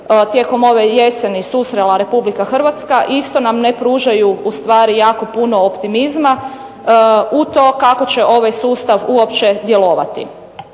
tijekom ove jeseni susrela Republika Hrvatska, isto nam ne pružaju ustvari jako puno optimizma u to kako će ovaj sustav uopće djelovati.